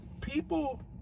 People